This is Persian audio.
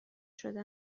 شده